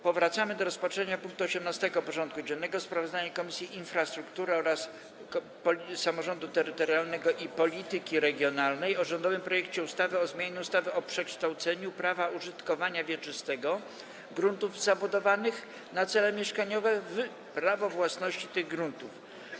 Powracamy do rozpatrzenia punktu 18. porządku dziennego: Sprawozdanie Komisji Infrastruktury oraz Komisji Samorządu Terytorialnego i Polityki Regionalnej o rządowym projekcie ustawy o zmianie ustawy o przekształceniu prawa użytkowania wieczystego gruntów zabudowanych na cele mieszkaniowe w prawo własności tych gruntów.